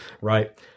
right